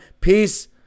Peace